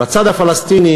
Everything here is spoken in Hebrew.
בצד הפלסטיני,